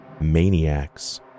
maniacs